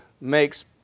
makes